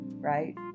right